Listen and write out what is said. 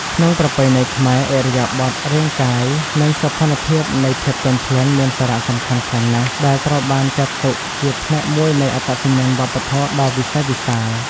ក្នុងប្រពៃណីខ្មែរ ឥរិយាបថរាងកាយ និងសោភ័ណភាពនៃភាពទន់ភ្លន់ មានសារៈសំខាន់ខ្លាំងណាស់ ដែលត្រូវបានចាត់ទុកជាផ្នែកមួយនៃអត្តសញ្ញាណវប្បធម៌ដ៏វិសេសវិសាល។